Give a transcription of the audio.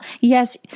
Yes